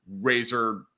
razor